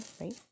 right